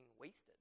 wasted